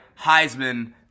Heisman